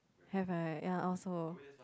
have right ya I also